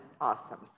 awesome